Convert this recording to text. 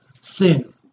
sin